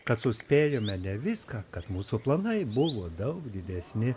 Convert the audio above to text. kad suspėjome ne viską kad mūsų planai buvo daug didesni